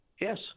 Yes